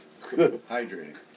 hydrating